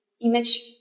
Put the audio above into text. image